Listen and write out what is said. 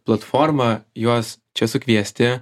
platformą juos čia sukviesti